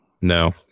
No